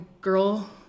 girl